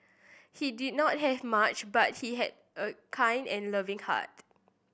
he did not have much but he had a kind and loving heart